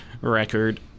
record